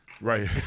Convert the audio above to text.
Right